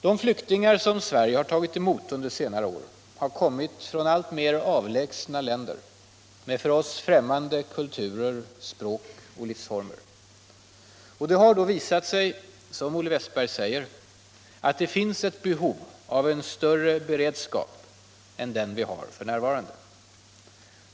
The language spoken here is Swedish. De flyktingar som Sverige har tagit emot under senare år har kommit från alltmer avlägsna länder med för oss främmande kulturer, språk och livsformer. Det har då visat sig, som Olle Wästberg säger, att det finns behov av en större beredskap än den som finns f.n.